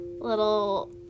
little